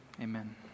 Amen